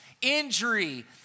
Injury